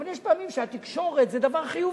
אבל יש פעמים שהתקשורת זה דבר חיובי.